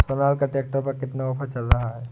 Sonalika tractor पर कितना offer चल रहा है?